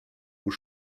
aux